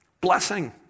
Blessing